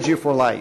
Energy for Life.